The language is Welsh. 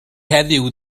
heddiw